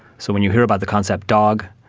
so when you hear about the concept dog,